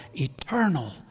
eternal